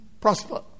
prosper